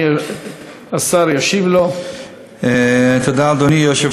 3. האם ההמלצות יתקבלו וייושמו?